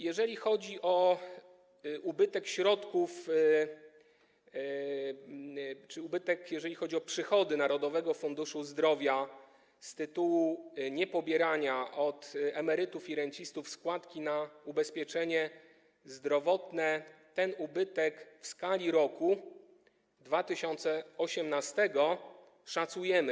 Jeżeli chodzi o ubytek środków czy ubytek, jeżeli chodzi o przychody Narodowego Funduszu Zdrowia z tytułu niepobierania od emerytów i rencistów składki na ubezpieczenie zdrowotne, ten ubytek w skali roku 2018 szacujemy.